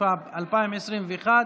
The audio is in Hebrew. התשפ"ב 2021,